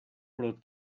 pro